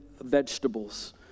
vegetables